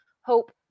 hope